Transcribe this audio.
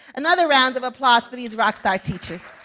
another round of applause for these rock-star teachers.